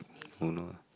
who know